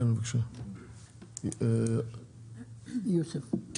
כן, בבקשה, יוסף.